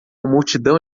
multidão